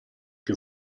più